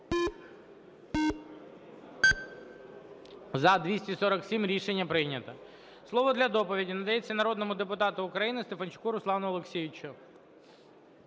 За-247 Рішення прийнято. Слово для доповіді надається народному депутату України Стефанчуку Руслану Олексійовичу.